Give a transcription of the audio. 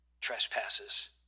trespasses